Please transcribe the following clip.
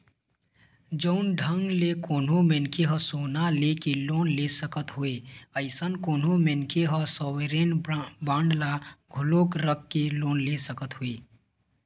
जउन ढंग ले कोनो मनखे ह सोना लेके लोन ले सकत हवय अइसन कोनो मनखे ह सॉवरेन बांड ल घलोक रख के लोन ले सकत हवय